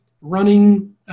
running